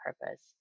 purpose